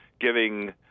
giving